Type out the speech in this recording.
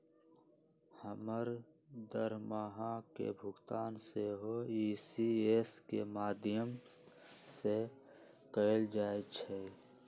हमर दरमाहा के भुगतान सेहो इ.सी.एस के माध्यमें से कएल जाइ छइ